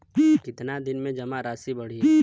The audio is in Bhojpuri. कितना दिन में जमा राशि बढ़ी?